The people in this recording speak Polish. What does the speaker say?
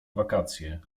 wakacje